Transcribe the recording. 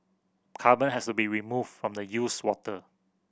carbon has to be removed from the used water